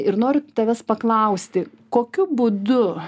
ir noriu tavęs paklausti kokiu būdu